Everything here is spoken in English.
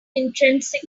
intrinsic